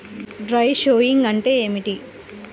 Dry sowing అంటే ఏమిటి?